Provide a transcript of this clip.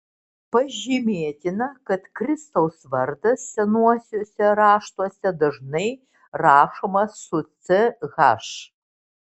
pažymėtina kad kristaus vardas senuosiuose raštuose dažnai rašomas su ch